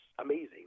amazing